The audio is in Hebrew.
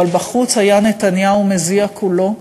אבל בחוץ היה נתניהו מזיע כולו,